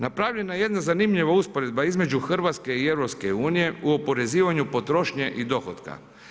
Napravljena je jedna zanimljiva usporedba između Hrvatske i EU u oporezivanju potrošnje i dohotka.